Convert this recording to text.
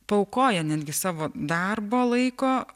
paaukoja netgi savo darbo laiko